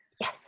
yes